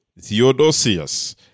Theodosius